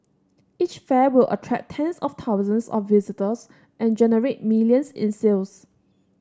each fair would attract tens of thousands of visitors and generate millions in sales